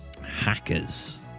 Hackers